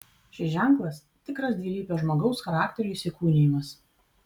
šis ženklas tikras dvilypio žmogaus charakterio įsikūnijimas